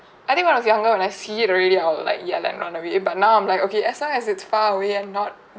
I think when I was younger when I see it already I'll like yell and none of it but now I'm like okay as long as it's far away and not